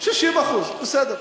60%, בסדר.